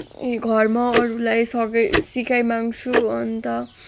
घरमा अरूलाई सघाई सिकाइमाग्छु अन्त